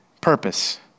purpose